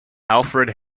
alfred